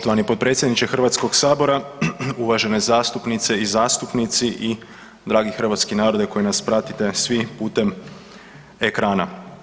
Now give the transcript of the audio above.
Poštovani potpredsjedniče Hrvatskog sabora, uvažene zastupnice i zastupnici i dragi hrvatski narode koji nas pratite svi putem ekrana.